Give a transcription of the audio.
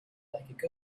like